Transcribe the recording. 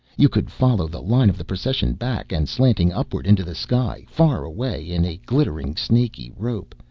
you could follow the line of the procession back, and slanting upward into the sky, far away in a glittering snaky rope,